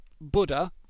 Buddha